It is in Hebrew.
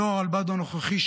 יו"ר הרלב"ד הנוכחי,